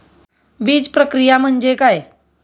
बीजप्रक्रिया म्हणजे काय?